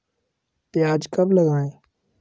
प्याज कब लगाएँ?